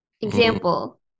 Example